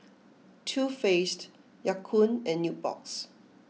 Too Faced Ya Kun and Nubox